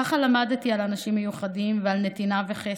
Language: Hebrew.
ככה למדתי על אנשים מיוחדים ועל נתינה וחסד.